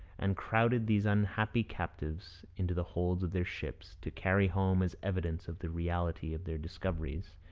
and crowded these unhappy captives into the holds of their ships, to carry home as evidence of the reality of their discoveries,